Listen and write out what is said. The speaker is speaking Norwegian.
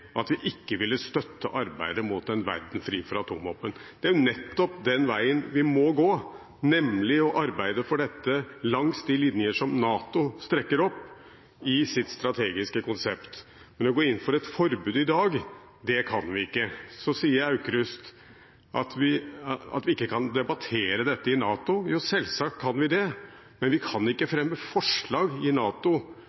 at vi ikke ville støtte arbeidet mot en verden fri for atomvåpen. Det er nettopp den veien vi må gå, nemlig ved å arbeide for dette langs de linjer som NATO trekker opp i sitt strategiske konsept. Men å gå inn for et forbud i dag, det kan vi ikke. Så sier representanten Aukrust at vi ikke kan debattere dette i NATO. Jo, selvsagt kan vi det, men vi kan ikke fremme forslag om et forbud i NATO